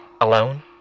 Alone